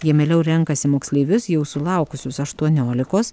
jie mieliau renkasi moksleivius jau sulaukusius aštuoniolikos